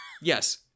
Yes